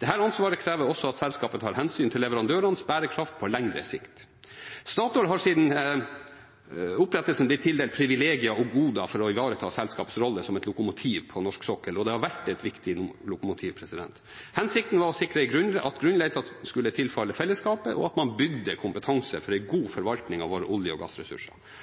Dette ansvaret krever også at selskapet tar hensyn til leverandørenes bærekraft på lengre sikt. Statoil har siden opprettelsen blitt tildelt privilegier og goder for å ivareta selskapets rolle som et lokomotiv på norsk sokkel, og det har vært et viktig lokomotiv. Hensikten var å sikre at grunnrenten tilfalt fellesskapet, at man bygde kompetanse for en god forvaltning av våre olje- og gassressurser,